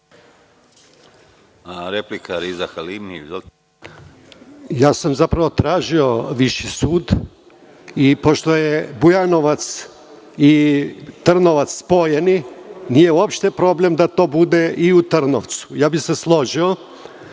Ja sam zapravo tražio viši sud i pošto su Bujanovac i Trnovac spojeni, nije uopšte problem da to bude i u Trnovcu. Ja bih se složio. Ali,